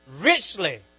richly